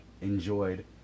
enjoyed